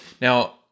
Now